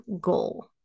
goal